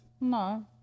No